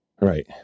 Right